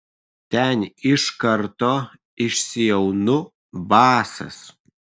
ten iš karto išsiaunu basas